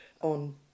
on